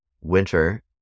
winter